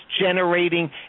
generating